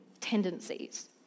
tendencies